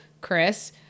Chris